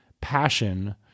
passion